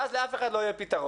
ואז לאף אחד לא יהיה פתרון.